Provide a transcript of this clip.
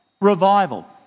revival